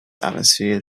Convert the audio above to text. atmosphere